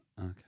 Okay